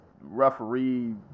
referee